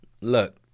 look